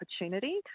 opportunity